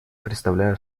предоставляю